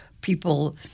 People